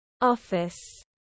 office